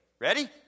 Ready